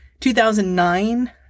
2009